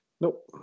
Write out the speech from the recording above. Nope